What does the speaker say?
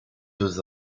deux